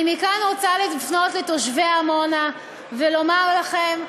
אני מכאן רוצה לפנות מכאן לתושבי עמונה ולומר לכם: